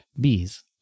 Bees